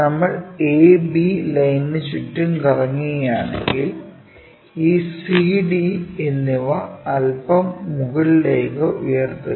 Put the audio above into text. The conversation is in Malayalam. നമ്മൾ A B ലൈനിനു ചുറ്റും കറങ്ങുകയാണെങ്കിൽ ഈ C D എന്നിവ അല്പം മുകളിലേക്ക് ഉയർത്തുക